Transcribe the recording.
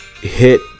hit